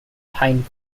pine